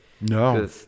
No